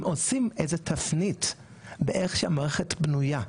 אם עושים איזו תפנית באיך שהמערכת בנויה,